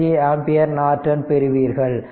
25 ampere நார்டன் பெறுவீர்கள்